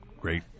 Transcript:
great